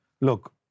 look